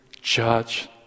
judge